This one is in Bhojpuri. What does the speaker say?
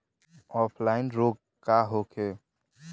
ऑफलाइन रोग का होखे?